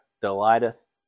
delighteth